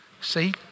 See